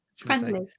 friendly